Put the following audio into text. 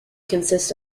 consists